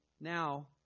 Now